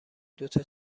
دوتا